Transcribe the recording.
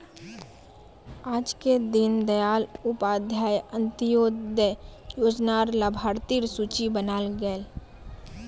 आजके दीन दयाल उपाध्याय अंत्योदय योजना र लाभार्थिर सूची बनाल गयेल